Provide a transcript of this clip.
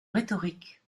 rhétorique